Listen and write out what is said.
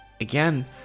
Again